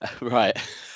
Right